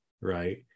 right